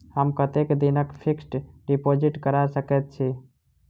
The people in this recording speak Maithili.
हम कतेक दिनक फिक्स्ड डिपोजिट करा सकैत छी?